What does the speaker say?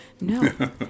No